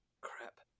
Crap